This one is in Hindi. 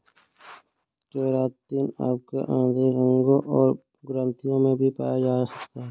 केरातिन आपके आंतरिक अंगों और ग्रंथियों में भी पाया जा सकता है